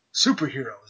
superheroes